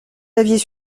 aviez